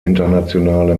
internationale